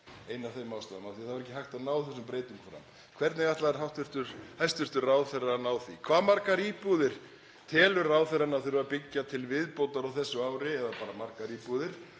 ein af ástæðunum, af því það var ekki hægt að ná þessum breytingum fram. Hvernig ætlar hæstv. ráðherra að ná því? Hvað margar íbúðir telur ráðherrann að þurfa að byggja til viðbótar á þessu ári og hve margar íbúðir